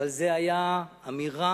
אבל זאת היתה אמירה